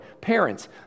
Parents